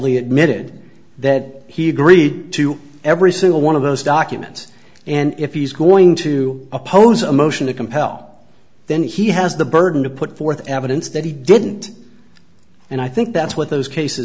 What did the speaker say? y admitted that he agreed to every single one of those documents and if he's going to oppose a motion to compel then he has the burden to put forth evidence that he didn't and i think that's what those cases